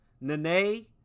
Nene